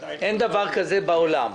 אין דבר כזה בעולם.